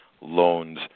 loans